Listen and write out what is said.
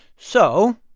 so